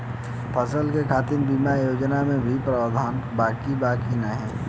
फसल के खातीर बिमा योजना क भी प्रवाधान बा की नाही?